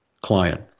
client